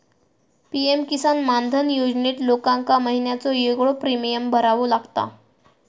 PM किसान मानधन योजनेत लोकांका महिन्याचो येगळो प्रीमियम भरावो लागता